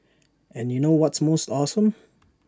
and you know what's most awesome